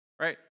right